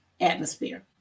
atmosphere